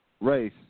race